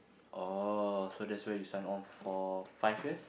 oh so there's where you sign on for five years